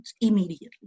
immediately